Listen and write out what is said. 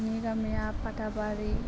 आंनि गामिया फाथाबारि